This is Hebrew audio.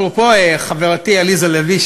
אפרופו חברתי עליזה לביא,